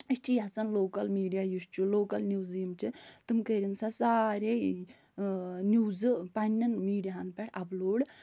أسۍ چھِ یژھان لوکَل میٖڈِیا یُس چھُ لوکَل نِوٕزٕ یِم چھِ تِم کٔرِنۍ سا سارے نِوٕزٕ پَنٛنٮ۪ن میٖڈِیاہَن پٮ۪ٹھ اپلوڈ